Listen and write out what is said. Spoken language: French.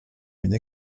une